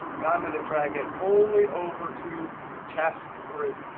now i'm going to drag it only over to test three.